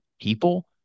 people